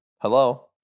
hello